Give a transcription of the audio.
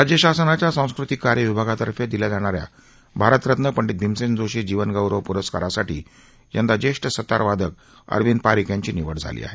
राज्यशासनाच्या सांस्कृतिक कार्य विभा ातर्फे दिल्या जाणा या भारतरत्न पंडित भीमसेन जोशी जीवन ौरव प्रस्कारासाठी यंदा ज्येष्ठ सतारवादक अरविंद पारिख यांची निवड झाली आहे